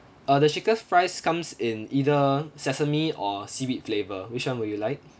uh the shaker fries comes in either sesame or seaweed flavour which [one] would you like